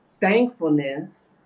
thankfulness